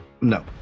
no